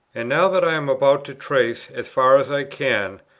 and now that i am about to trace, as far as i can,